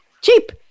cheap